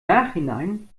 nachhinein